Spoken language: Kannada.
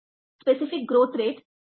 specific growth rate 0